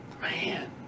Man